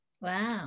Wow